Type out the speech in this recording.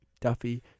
duffy